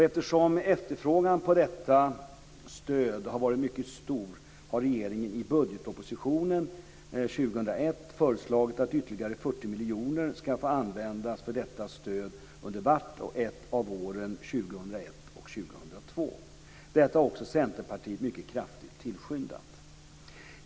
Eftersom efterfrågan på detta stöd har varit mycket stor har regeringen i budgetpropositionen 2001 föreslagit att ytterligare 40 miljoner kronor ska få användas för detta stöd under vart och ett av åren 2001 och 2002. Detta har också Centerpartiet mycket kraftigt tillskyndat.